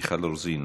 מיכל רוזין,